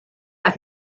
qed